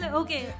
okay